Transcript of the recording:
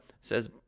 says